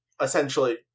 essentially